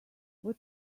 what